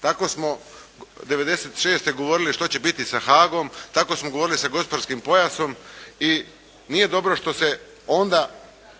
Tako smo '96. govorili što će biti sa Haagom, tako smo govorili sa gospodarskim pojasom i nije dobro što se onda